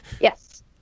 Yes